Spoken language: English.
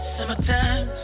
Summertime